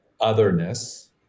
otherness